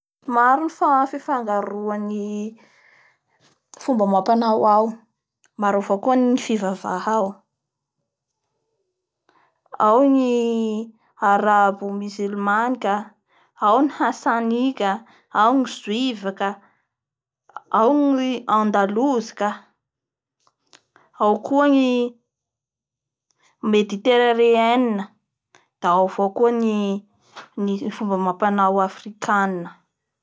Nizeria io moa zay firenea Afrikany fe io anisan'ny firenena be foko indrindra eo amin'ny - eo amin'ny dimapolo nsy roanjato foko ny am-ny ao